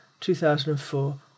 2004